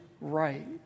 right